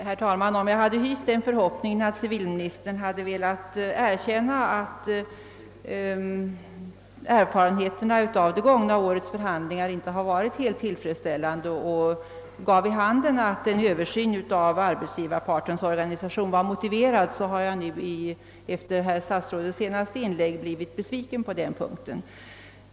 Herr talman! Om jag hade hyst den förhoppningen att civilministern skulle ha velat erkänna att erfarenheterna av det gångna årets förhandlingar inte varit helt tillfredsställande och har givit vid handen att en översyn av arbetsgivarpartens organisation vore motiverad, har jag nu efter herr statsrådets senaste inlägg blivit besviken på denna punkt.